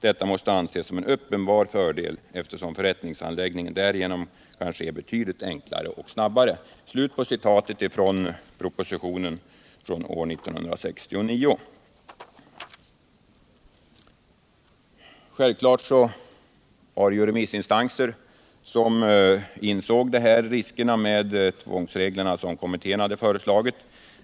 Detta måste anses som en uppenbar fördel, eftersom förrättningshandläggningen därigenom kan ske betydligt enklare och snabbare.” Självklart fanns det remissinstanser som insåg riskerna med de föreslagna tvångsreglerna.